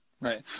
Right